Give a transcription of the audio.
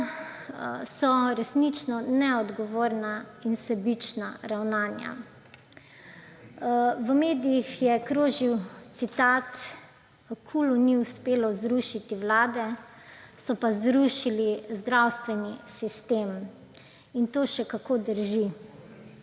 so resnično neodgovorna in sebična ravnanja. V medijih je krožil citat »KUL-u ni uspelo zrušiti vlade, so pa zrušili zdravstveni sistem«. In to še kako drži.